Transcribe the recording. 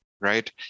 right